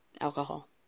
alcohol